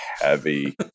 Heavy